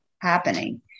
happening